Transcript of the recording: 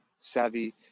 savvy